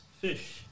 Fish